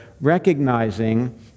recognizing